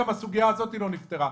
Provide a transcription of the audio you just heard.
הסוגיה הזאת עדין לא נפתרה.